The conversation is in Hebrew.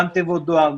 גם בתיבות הדואר,